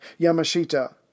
Yamashita